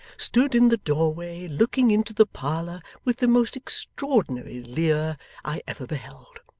stood in the doorway, looking into the parlour with the most extraordinary leer i ever beheld.